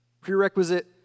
Prerequisite